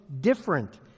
different